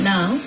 Now